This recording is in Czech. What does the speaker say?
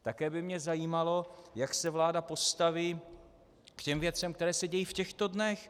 Také by mě zajímalo, jak se vláda postaví k těm věcem, které se dějí v těchto dnech.